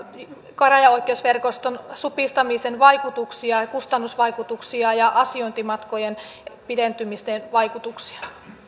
käräjäoikeusverkoston supistamisen vaikutuksia kustannusvaikutuksia ja asiointimatkojen pidentymisten vaikutuksia